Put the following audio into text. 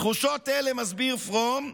תחושות אלה, מסביר פרום,